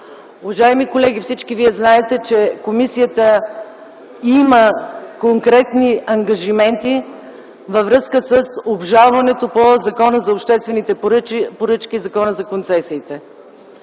Уважаеми колеги, всички знаете, че комисията има конкретни ангажименти във връзка с обжалванията по Закона за обществените поръчки и Закона за концесиите.